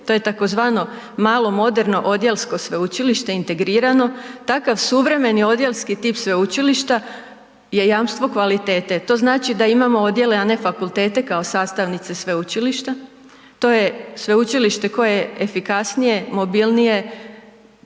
to je tzv. malo moderno odjelsko sveučilište integrirano. Takav suvremeni odjelski tip sveučilišta je jamstvo kvalitete. To znači da imamo odjele, a ne fakultete kao sastavnice sveučilišta, to je sveučilište koje je efikasnije, mobilnije,